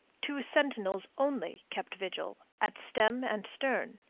two sentinels only kept vigil, at stem and stern.